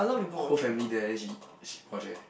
whole family there then she she watch eh